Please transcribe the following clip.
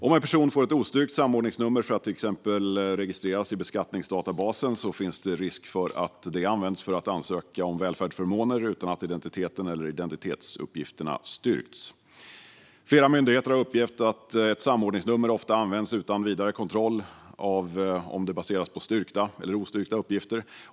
Om en person får ett ostyrkt samordningsnummer för att till exempel registreras i beskattningsdatabasen finns det risk för att det används för att ansöka om välfärdsförmåner utan att identiteten eller identitetsuppgifterna styrkts. Flera myndigheter har uppgett att ett samordningsnummer ofta används utan vidare kontroll av om det baseras på styrkta eller ostyrkta uppgifter.